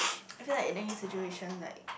I feel like in any situation like